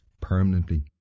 permanently